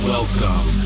Welcome